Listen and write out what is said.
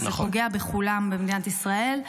וזה פוגע בכולם במדינת ישראל.